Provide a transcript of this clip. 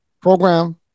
program